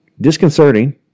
disconcerting